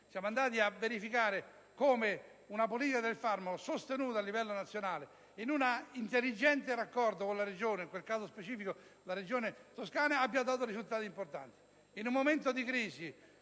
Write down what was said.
Siamo andati a verificare come una politica del farmaco sostenuta a livello nazionale, in un'intelligente raccordo con la Regione, nel caso specifico la Toscana, abbia dato risultati importanti.